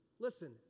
listen